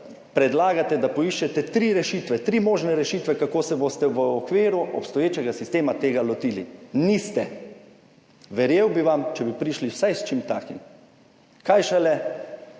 predlagate, da poiščete tri rešitve, tri možne rešitve, kako se boste v okviru obstoječega sistema tega lotili? Niste. Verjel bi vam, če bi prišli vsaj s čim takim. Potem